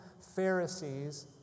Pharisees